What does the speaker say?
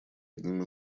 одним